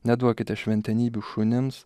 neduokite šventenybių šunims